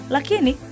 Lakini